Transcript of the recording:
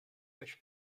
which